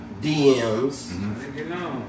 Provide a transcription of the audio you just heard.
DMs